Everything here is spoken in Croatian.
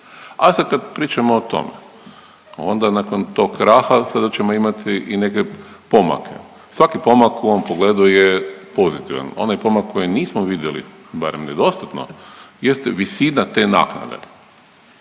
A sad kad pričamo o tome onda nakon tog kraha sada ćemo imati i neke pomake, svaki pomak u ovom pogledu je pozitivan. Onaj pomak koji nismo vidjeli, barem ne dostatno, jeste visina te naknade.